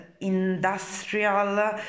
industrial